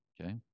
okay